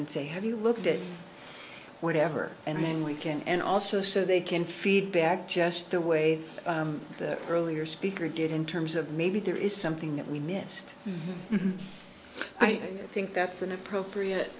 and say have you looked at whatever and then we can and also so they can feedback just the way the earlier speaker did in terms of maybe there is something that we missed i think that's an appropriate